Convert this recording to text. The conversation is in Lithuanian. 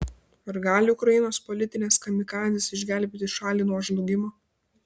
ar gali ukrainos politinės kamikadzės išgelbėti šalį nuo žlugimo